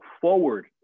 forward